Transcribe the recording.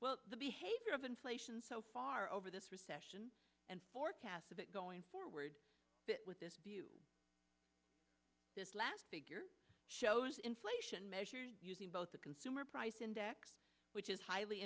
well the behavior of inflation so far over this recession and forecast of it going forward with this view this last figure shows inflation measures both the consumer price index which is highly